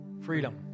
freedom